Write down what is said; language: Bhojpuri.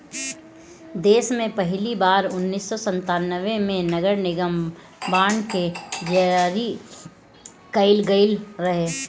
देस में पहिली बार उन्नीस सौ संतान्बे में नगरनिगम बांड के जारी कईल गईल रहे